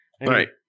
Right